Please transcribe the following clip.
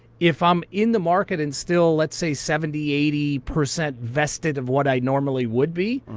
if i'm in the market and still, let's say, seventy, eighty percent vested of what i normally would be,